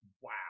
Wow